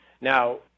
Now